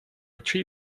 tree